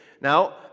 Now